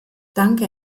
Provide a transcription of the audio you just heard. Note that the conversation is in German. danke